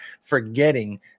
forgetting